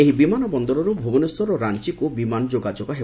ଏହି ବିମାନ ବନ୍ଦରରୁ ଭୁବନେଶ୍ୱର ଓ ରାଞ୍କୁ ବିମାନ ଯୋଗାଯୋଗ ହେବ